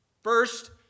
First